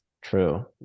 true